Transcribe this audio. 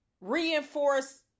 reinforce